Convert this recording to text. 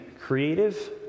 creative